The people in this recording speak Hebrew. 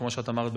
כמו שאת אמרת,